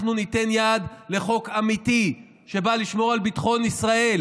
אנחנו ניתן יד לחוק אמיתי שבא לשמור על ביטחון ישראל.